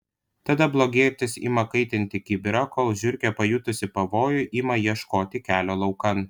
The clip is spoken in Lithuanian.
tada blogietis ima kaitinti kibirą kol žiurkė pajutusi pavojų ima ieškoti kelio laukan